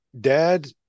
Dad